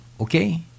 okay